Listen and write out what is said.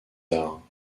arts